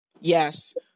Yes